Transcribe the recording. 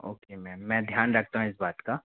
okay ma'am मैं ध्यान रखता हूँ इस बात का